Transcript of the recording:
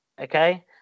okay